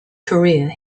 career